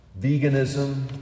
veganism